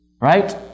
Right